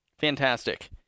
Fantastic